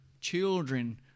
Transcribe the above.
children